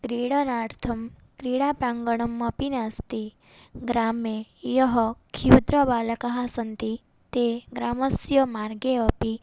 क्रीडनार्थं क्रीडाप्राङ्गणम् अपि नास्ति ग्रामे यः क्षुद्रबालकाः सन्ति ते ग्रामस्य मार्गे अपि